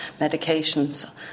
medications